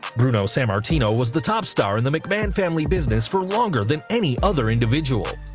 bruno sammartino was the top star and the mcmahon family business for longer than any other individual.